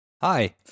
Hi